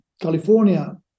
California